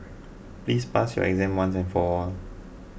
please pass your exam once and for all